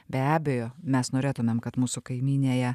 be abejo mes norėtumėm kad mūsų kaimynėje